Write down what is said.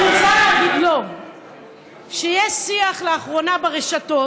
אני רוצה להגיד שיש לאחרונה שיח ברשתות